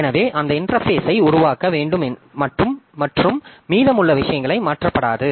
எனவே அந்த இன்டெர்பேஸ் ஐ உருவாக்க வேண்டும் மற்றும் மீதமுள்ள விஷயங்கள் மாற்றப்படாது